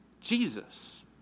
Jesus